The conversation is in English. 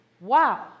Wow